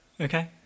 Okay